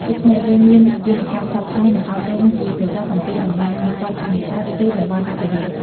ដូច្នេះ ត្រូវមានយន្តការផ្សព្វផ្សាយ និងអប់រំជាប្រចាំអំពី តំបន់ហាមឃាត់ការនេសាទ ឬតំបន់អភិរក្ស។